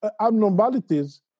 abnormalities